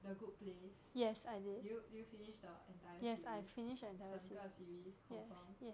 the good place did you did you finish the entire series 整个 series confirm